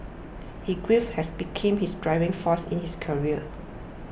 his grief has become his driving force in his career